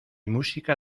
música